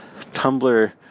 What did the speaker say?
Tumblr